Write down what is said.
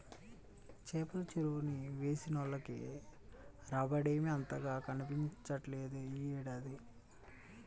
చేపల చెరువులు వేసినోళ్లకి రాబడేమీ అంతగా కనిపించట్లేదు యీ ఏడాది